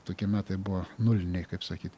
tokie metai buvo nuliniai kaip sakyt